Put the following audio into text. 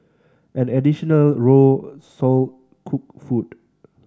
an additional row sold cooked food